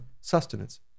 sustenance